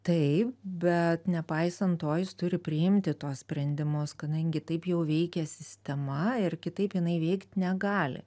taip bet nepaisant to jis turi priimti tuos sprendimus kadangi taip jau veikia sistema ir kitaip jinai veikt negali